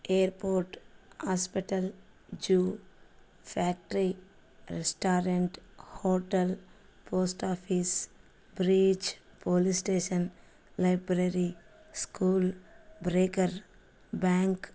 airport hospital zoo factory restaurant hotel post office beach police station library school bakery bank